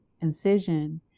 incision